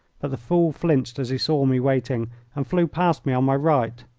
but the fool flinched as he saw me waiting and flew past me on my right.